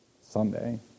Sunday